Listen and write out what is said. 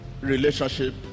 relationship